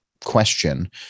question